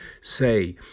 say